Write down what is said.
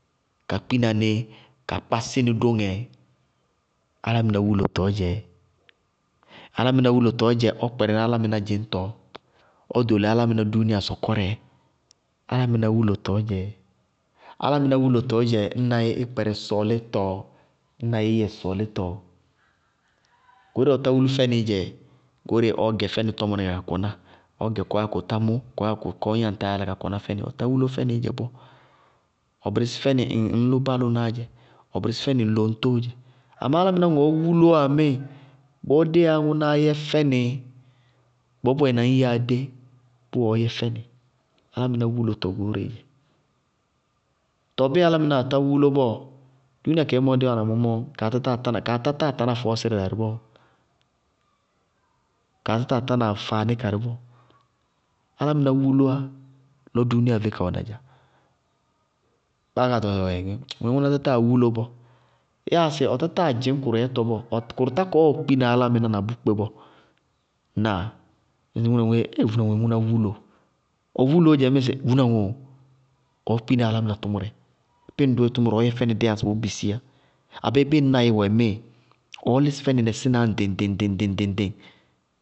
Ka kpina ní, ka kpásí nɩ dóŋɛ, álámɩná wúlotɔɔ dzɛ, alaminá wúlotɔɔ dzɛ ɔ kpɛrɛ ná álámɩná dzɩñtɔ, ɔ ɖólií dúúnia sɔkɔrɛ, alaminá wúlotɔɔ dzɛ, alaminá wúlotɔɔ dzɛ í kpɛrɛ sɔɔlítɔ, ñ na í yɛ yɛ sɔɔlítɔ, goóreé ɔtá wúló fɛnɩí yɛ goóreé ɔɔ gɛ fɛnɩ tɔmɔníŋɛ ka kɔná, ɔɔ gɛ kɔɔ yáa ku tá mʋ, kɔɔ ñ yáa ŋ yáa yála ka kɔná fɛ nɩ, ɔtá wúló fɛnɩí yɛ bɔɔ, ɔ bɩrɩssí fɛnɩ ŋñlʋ bálʋná dzɛ, ɔ bɩrɩssí fɛnɩ ŋ loŋtóo dzɛ amá alámaá ŋɔɔ wulowá ŋmíɩ, bɔɔ déyáá ŋʋnáá yɛ fɛnɩ, ŋsɩbɔɔ bʋʋ yɛ na ŋñyíyaá dé, bʋʋ ɔɔ yɛ fɛnɩ. Álámɩná wúlotɔ goóreé dzɛ. Tɔɔ álámɩnáa tá wúlo bɔɔ dúúnia kadzémɔ dí wáana mɔɔ, kaa tátá tána fɔɔsírɛ darɩ bɔɔ. Kaa tátáa tána aŋfaanɩ karɩ bɔɔ. Álámɩná wúlówá lɔ dúúnia vé ka wɛ nadza. Báá kaa tɔŋ sɩ: ɔɔɔ gɛ, ŋʋná tátáa wúlo bɔɔ, yáa sɩ ɔ tátáa dzɩñ kʋrʋ yɛtɔ bɔɔ, kʋrʋ tá kɔɔ ɔɔ kpína álámɩná na bʋ kpe bɔɔ. Ŋnáa? Ŋñmí sɩ vuúna ŋoé, éé vuúna ŋoé ŋʋná wúlo! Ɔ wúloo dzɛ ŋmíɩ sɩ vuúna ŋʋʋ, ɔɔ kpína álámɩná tʋmʋrɛ, bíɩ ŋ dʋɩ tʋmʋrɛ ŋmíɩ, ɔɔ yɛ fɛnɩ dɛɛ yá ŋsɩbɔɔ bʋ bisiyá, abéé bíɩ ñ naí wɛ ŋmíɩ, ɔɔ lísɩ fɛnɩ mɛsínaá yá ŋɖɩŋ-ŋɖɩŋ ŋɖɩŋ-ŋɖɩŋ.